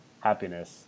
happiness